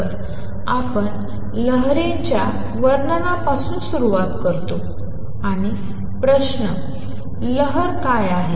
तर आपण लहरी च्या वर्णनापासून सुरुवात करतो आणि प्रश्न आहे लहर काय आहे